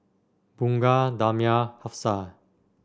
Bunga Damia Hafsa